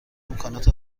امکانات